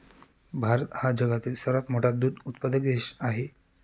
भारत हा जगातील सर्वात मोठा दूध उत्पादक देश आहे